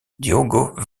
diogo